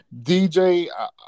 DJ